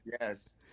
yes